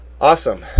Awesome